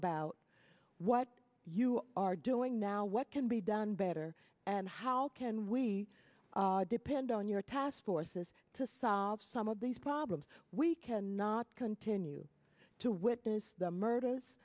about what you are doing now what can be done better and how can we depend on your task forces to solve some of these problems we cannot continue to witness the murders